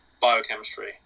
biochemistry